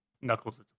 knuckles